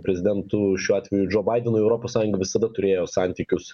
prezidentu šiuo atveju džo baidenui europos sąjunga visada turėjo santykius